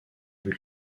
but